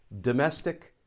domestic